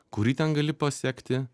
kurį ten gali pasekti